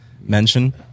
mention